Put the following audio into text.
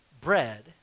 bread